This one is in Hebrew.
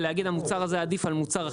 ולהגיד שהמוצר הזה עדיף על מוצר אחר,